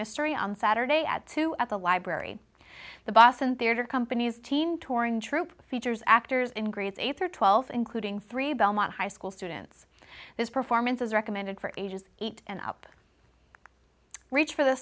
mystery on saturday at two at the library the boston theater company's team touring troupe features actors in gray's th or twelve including three belmont high school students this performance is recommended for ages eight and up reach for the